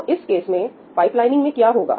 तो इस केस में पाइपलाइनिंग में क्या होगा